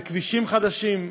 בכבישים חדשים,